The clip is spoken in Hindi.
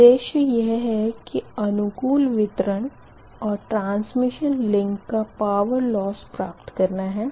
उदेशय यह है कि अनुकूलतम वितरण और ट्रांसमिशन लिंक का पावर लोस प्राप्त करना है